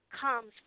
comes